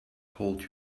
hold